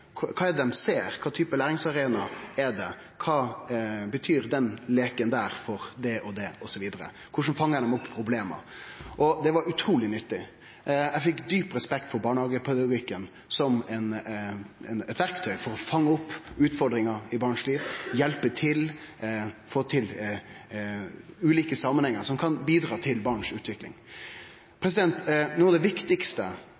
Kva er det dei ser? Kva type læringsarena er det? Kva betyr den leiken for det og det, osv.? Korleis fangar dei opp problem? Det var utruleg nyttig. Eg fekk djup respekt for barnehagepedagogikken som eit verktøy for å fange opp utfordringar i barns liv, hjelpe til og få til ulike samanhengar som kan bidra til barns utvikling.